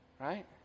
right